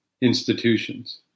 institutions